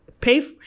pay